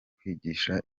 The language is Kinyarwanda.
kwigisha